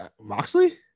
Moxley